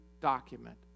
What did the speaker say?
document